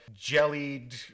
jellied